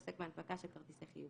"מנפיק" מי שעוסק בהנפקה של כרטיסי חיוב,